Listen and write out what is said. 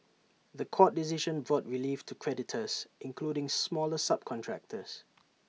The Court decision brought relief to creditors including smaller subcontractors